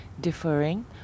differing